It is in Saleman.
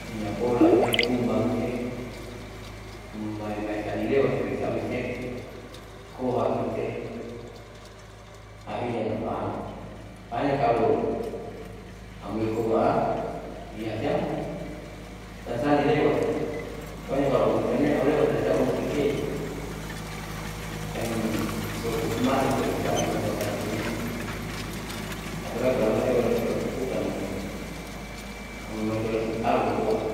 Inapolate, kumbangte maimai sanilewat nisekea kohakite ahisiam tapaam, pohanya kalo amoikoa hiya siam siam sanilewat pohanya kalo amoi siamne au lewat aumusi kelia. Siam ini sokup matati olesiam au bagara koinee. Apalagi amai tahu ewa lusa utu utan amai, amoi masu utalun koa